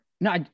No